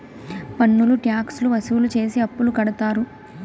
పన్నులు ట్యాక్స్ లు వసూలు చేసి అప్పులు కడతారు